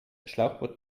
schlauchboot